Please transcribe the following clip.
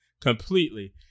completely